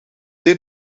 dit